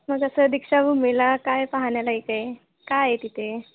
मग असं दीक्षाभूमीला काय पाहण्यालायक आहे काय आहे तिथे